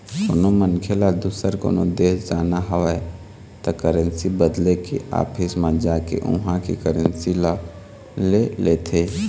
कोनो मनखे ल दुसर कोनो देश जाना हवय त करेंसी बदले के ऑफिस म जाके उहाँ के करेंसी ल ले लेथे